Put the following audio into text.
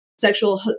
sexual